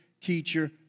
teacher